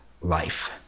life